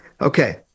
Okay